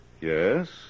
Yes